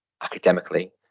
academically